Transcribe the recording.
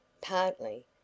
Partly